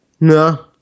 No